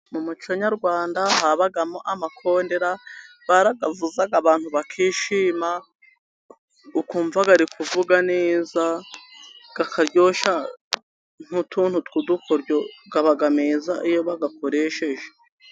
Mu muco nyarwanda habagamo amakondera barayavuzaga, abantu bakishima ukumva ari kuvuga neza akaryoshya nk'utuntu tw'udukoryo aba meza iyo bayakoresheje.